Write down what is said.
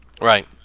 Right